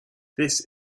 this